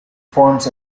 forms